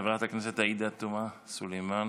חברת הכנסת עאידה תומא סלימאן,